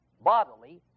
bodily